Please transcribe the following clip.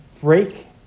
break